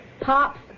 Pop's